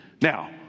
Now